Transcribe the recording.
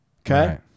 Okay